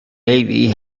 navy